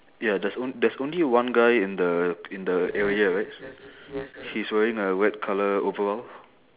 ya there's on~ there's only one guy in the in the area right he's wearing a red colour overall